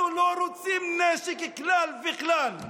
אנחנו לא רוצים נשק כלל וכלל.